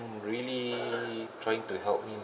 really trying to help me